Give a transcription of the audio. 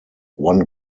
one